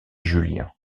julien